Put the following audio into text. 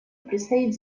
предстоит